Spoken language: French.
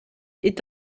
est